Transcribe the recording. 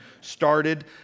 started